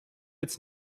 its